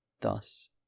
Thus